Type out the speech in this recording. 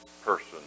person